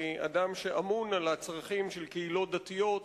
כאדם שאמון על הצרכים של קהילות דתיות,